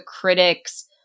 critics